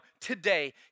today